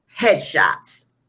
headshots